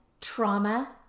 trauma